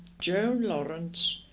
joan lawrence,